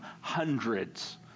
hundreds